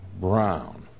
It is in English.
Brown